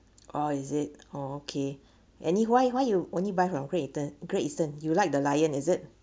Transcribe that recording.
oh is it oh okay annie why why you only buy from great eaten Great Eastern you like the lion is it